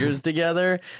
together